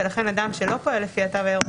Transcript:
ולכן אדם שלא פועל לפי התו הירוק,